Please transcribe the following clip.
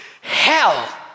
hell